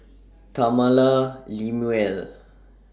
Tamala Lemuel and